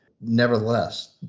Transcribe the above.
nevertheless